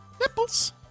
Nipples